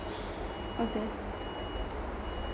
okay